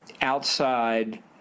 outside